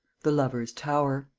the lovers' tower